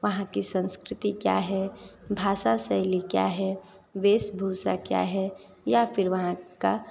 वहाँ की संस्कृति क्या है भाषा शैली क्या है वेशभूषा क्या है या फिर वहाँ का